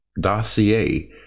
dossier